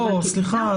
לא, סליחה.